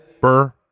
Burr